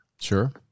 Sure